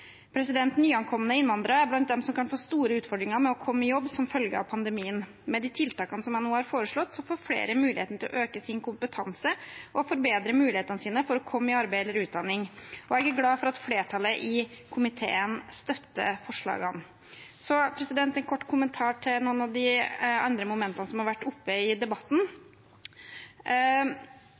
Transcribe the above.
Nyankomne innvandrere er blant dem som kan få store utfordringer med å komme i jobb som følge av pandemien. Med de tiltakene jeg nå har foreslått, får flere mulighet til å øke sin kompetanse og forbedre mulighetene sine for å komme i arbeid eller utdanning. Jeg er glad for at flertallet i komiteen støtter forslagene. En kort kommentar til noen av de andre momentene som har vært oppe i debatten: